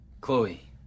Chloe